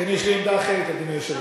לכן, יש לי עמדה אחרת, אדוני היושב-ראש.